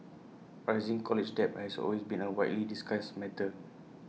rising college debt has always been A widely discussed matter